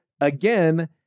again